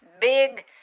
big